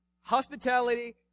Hospitality